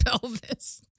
pelvis